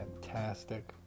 fantastic